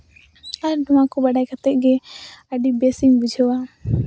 ᱟᱨ ᱱᱚᱣᱟ ᱠᱚ ᱵᱟᱲᱟᱭ ᱠᱟᱛᱮ ᱜᱮ ᱟᱹᱰᱤ ᱵᱮᱥ ᱤᱧ ᱵᱩᱡᱷᱟᱹᱣᱟ